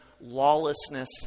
lawlessness